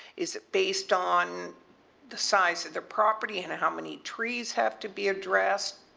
is it based on the size of the property and how many trees have to be addressed?